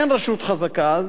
ואם אין רשות חזקה,